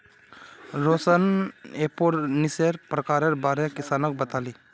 रौशन एरोपोनिक्सेर प्रकारेर बारे किसानक बताले